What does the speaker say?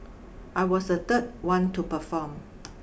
I was the third one to perform